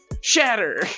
shatter